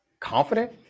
Confident